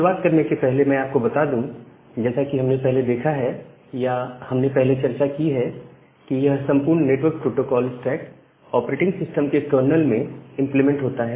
शुरुआत करने के पहले मैं आपको बता दूं जैसा कि हमने पहले देखा है या हमने पहले चर्चा की है कि यह संपूर्ण network protocol stack operating system के कर्नल में इंप्लीमेंट होता है